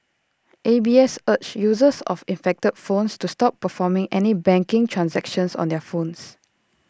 A B S urged users of infected phones to stop performing any banking transactions on their phones